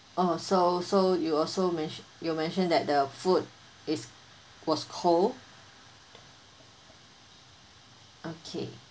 oh so so you also menti~ you mentioned that the food is was cold okay